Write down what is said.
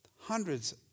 Hundreds